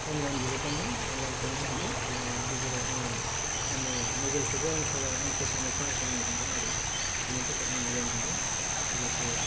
online बिहरदोंमोन online payment हरदों बिनि गेजेराव आङो माने मबाइलखौबो आं कालारआ आं फसायनाय कालारखौ आं मोन्दों आरो बेनि थाखाय आं मोजां मोन्दों लोगोसे